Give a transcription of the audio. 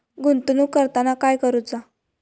गुंतवणूक करताना काय करुचा?